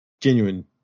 genuine